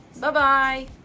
Bye-bye